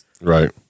Right